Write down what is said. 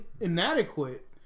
inadequate